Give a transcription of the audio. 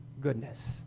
goodness